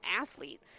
athlete